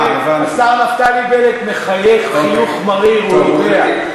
השר נפתלי בנט מחייך חיוך מריר, הוא יודע.